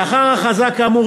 לאחר ההכרזה כאמור,